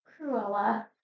Cruella